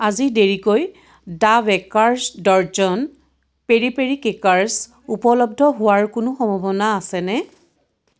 আজি দেৰিকৈ the bakers dozen peri peri crackers উপলব্ধ হোৱাৰ কোনো সম্ভাৱনা আছেনে